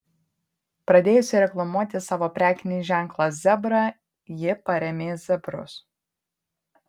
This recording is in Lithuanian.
pradėjusi reklamuoti savo prekinį ženklą zebra ji parėmė zebrus